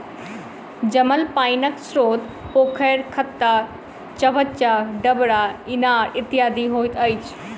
जमल पाइनक स्रोत पोखैर, खत्ता, चभच्चा, डबरा, इनार इत्यादि होइत अछि